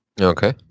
Okay